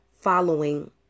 following